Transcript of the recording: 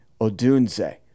Odunze